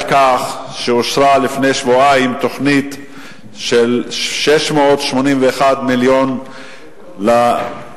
כך שאושרה לפני שבועיים תוכנית של 681 מיליון שקל,